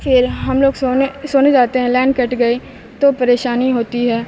پھر ہم لوگ سونے سونے جاتے ہیں لائن کٹ گئے تو پریشانی ہوتی ہے